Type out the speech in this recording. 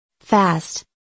fast